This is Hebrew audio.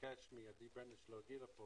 אבקש מעדי להגיע לפה